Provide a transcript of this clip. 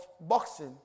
boxing